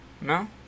No